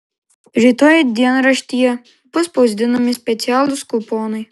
rytoj dienraštyje bus spausdinami specialūs kuponai